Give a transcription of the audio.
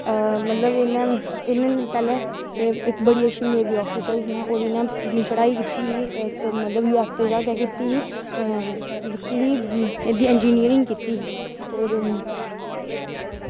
मतलब इन्नै इन्नै पैह्लें एह् इक बड़ी अच्छी आफिसर हियां होर इं'नें अपनी पढ़ाई कीती ही इक मतलब यू एस ए चा गै कीती ही की कीती ही एह्दी इंजीनियरिंग कीती ही होर